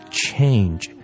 change